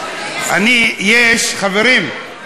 חברים,